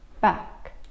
back